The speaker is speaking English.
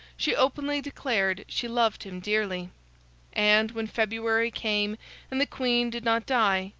she openly declared she loved him dearly and, when february came and the queen did not die,